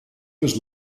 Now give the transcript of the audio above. was